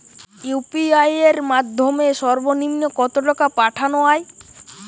UPI এর মাধ্যমে সর্ব নিম্ন কত টাকা পাঠানো য়ায়?